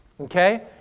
okay